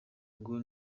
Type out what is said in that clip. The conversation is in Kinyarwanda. ngo